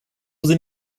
sind